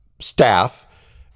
staff